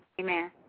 Amen